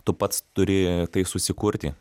tu pats turi susikurti